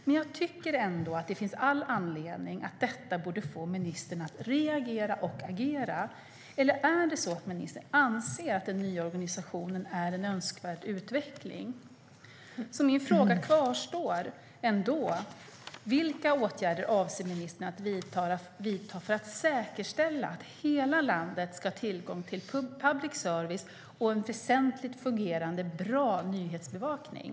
Men jag tycker ändå att det borde finnas all anledning för ministern att reagera och agera med anledning av detta. Eller är det så att ministern anser att den nya organisationen är en önskvärd utveckling? Min fråga kvarstår alltså: Vilka åtgärder avser ministern att vidta för att säkerställa att hela landet ska ha tillgång till public service och en väsentlig, fungerande och bra nyhetsbevakning?